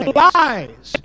lies